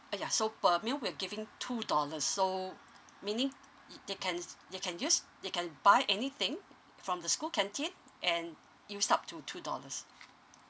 ah ya so per meal we're giving two dollars so meaning they can they can use they can buy anything from the school canteen and use up to two dollars